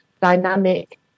dynamic